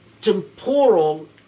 temporal